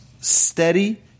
Steady